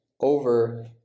over